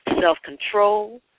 Self-control